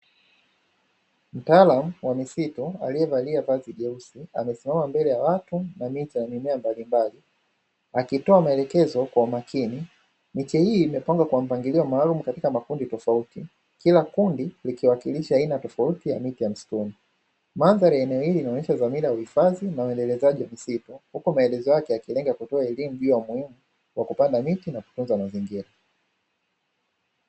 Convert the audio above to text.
Mtalamu wa misitu aliyevalia vazi jeusi amesimama mbele ya watu na miti ya mimea mbalimbali, akitoa maelekezo kwa makini miche hii imepanga kwa mpangilio maalum katika makundi tofauti kila kundi likiwakilisha aina tofauti ya miti ya msituni, madhari ya eneo hili linaonyesha dhamira ya uhifadhi na uendelezaji wa misitu huku maelezo yake yakilenga kutoa elimu juu ya muhimu kwa kupanda miti na kutunza mazingira.